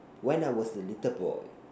when I was a little boy